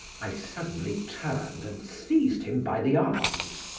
i suddenly turned and seized him by the arms.